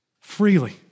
freely